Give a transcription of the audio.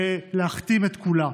ולהכתים את כולה.